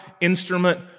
instrument